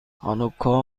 هانوکا